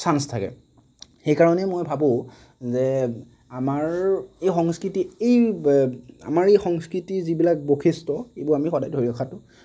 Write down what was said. chance থাকে সেইকাৰণে মই ভাবোঁ যে আমাৰ এই সংস্কৃতি এই আমাৰ এই সংস্কৃতিৰ যিবিলাক বৈশিষ্ট এইবোৰ আমি সদায় ধৰি ৰখাটো